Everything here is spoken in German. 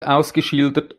ausgeschildert